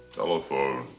telephone,